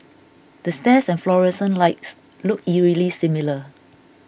the stairs and fluorescent lights look eerily similar